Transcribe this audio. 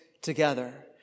together